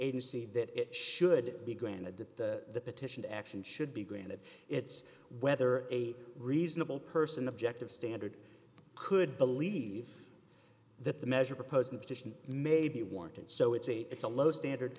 agency that it should be granted that the petition action should be granted it's whether a reasonable person objective standard could believe that the measure proposed the position may be warranted so it's a it's a low standard